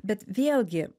bet vėlgi